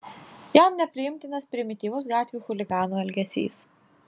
jam nepriimtinas primityvus gatvių chuliganų elgesys